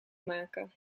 maken